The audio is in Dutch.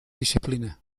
discipline